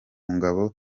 ngabo